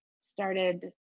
started